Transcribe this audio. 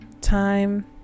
time